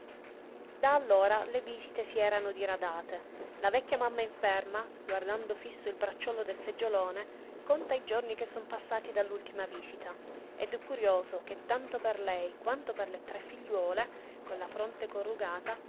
da allora le visite si sono diradate la vecchia mamma inferma guardando fiso il bracciolo del seggiolone conta i giorni che son passati dall'ultima visita ed è curioso che tanto per lei quanto per le tre figliuole con la fronte corrugata